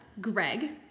Greg